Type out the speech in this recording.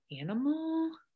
animal